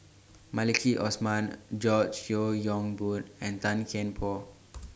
Maliki Osman George Yeo Yong Boon and Tan Kian Por